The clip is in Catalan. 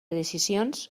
decisions